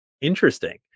interesting